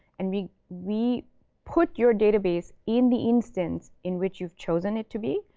and we we put your database in the instance in which you've chosen it to be,